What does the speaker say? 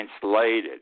translated